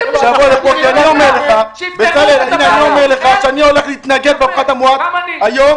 אני אומר לך שאני הולך להתנגד לפחת המואץ היום.